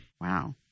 Wow